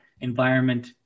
environment